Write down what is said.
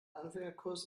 anfängerkurs